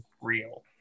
real